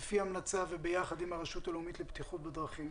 לפי המלצה וביחד עם הרשות לבטיחות בדרכים.